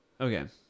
Okay